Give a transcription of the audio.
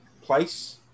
place